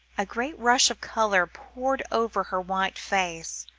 a great rush of colour poured over her white face,